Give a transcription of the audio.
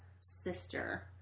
sister